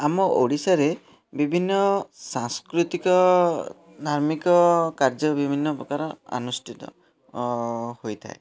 ଆମ ଓଡ଼ିଶାରେ ବିଭିନ୍ନ ସାଂସ୍କୃତିକ ଧାର୍ମିକ କାର୍ଯ୍ୟ ବିଭିନ୍ନ ପ୍ରକାର ଅନୁଷ୍ଠିତ ହୋଇଥାଏ